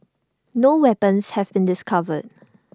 no weapons have been discovered